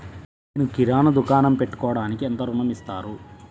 నేను కిరాణా దుకాణం పెట్టుకోడానికి ఎంత ఋణం ఇస్తారు?